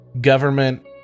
Government